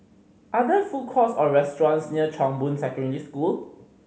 are there food courts or restaurants near Chong Boon Secondary School